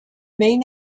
main